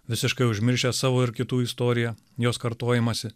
visiškai užmiršę savo ir kitų istoriją jos kartojimąsi